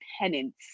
penance